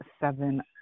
seven